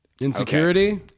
insecurity